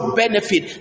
benefit